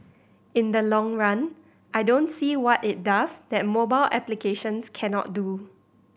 in the long run I don't see what it does that mobile applications cannot do